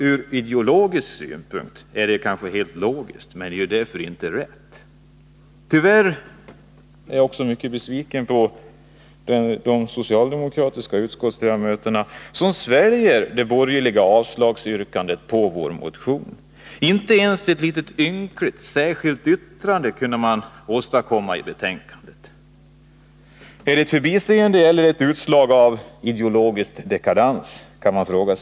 Ur ideologisk synpunkt är detta kanske helt logiskt, men det är därmed inte rätt. Tyvärr är jag mycket besviken också på de socialdemokratiska utskottsledamöterna, som sväljer det borgerliga yrkandet om avslag på vår motion. Inte ens ett ynkligt särskilt yttrande i betänkandet kunde man åstadkomma. Man kan fråga sig om det är ett förbiseende eller ett utslag av ideologisk dekadans.